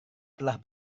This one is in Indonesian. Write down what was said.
telah